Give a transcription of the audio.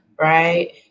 Right